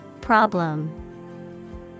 Problem